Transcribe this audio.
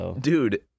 Dude